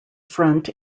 front